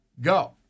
go